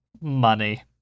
Money